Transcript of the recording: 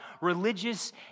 religious